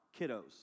kiddos